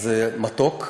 אז, מתוק.